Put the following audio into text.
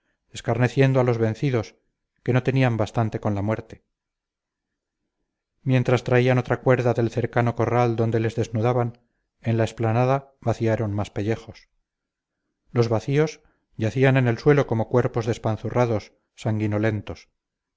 suyos escarneciendo a los vencidos que no tenían bastante con la muerte mientras traían otra cuerda del cercano corral donde les desnudaban en la explanada vaciaron más pellejos los vacíos yacían en el suelo como cuerpos despanzurrados